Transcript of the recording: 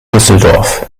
düsseldorf